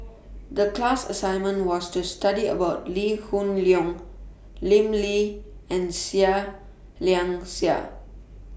The class assignment was to study about Lee Hoon Leong Lim Lee and Seah Liang Seah